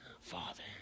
father